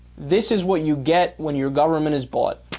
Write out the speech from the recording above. this is what you get when your government is bought